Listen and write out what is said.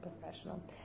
professional